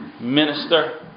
Minister